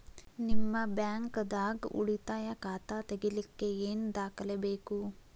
ನಿಮ್ಮ ಬ್ಯಾಂಕ್ ದಾಗ್ ಉಳಿತಾಯ ಖಾತಾ ತೆಗಿಲಿಕ್ಕೆ ಏನ್ ದಾಖಲೆ ಬೇಕು?